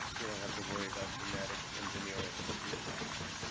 we don't have to worry about genetic engineering to do that.